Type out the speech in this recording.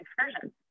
excursions